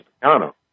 Piano